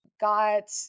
got